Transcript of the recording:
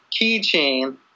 keychain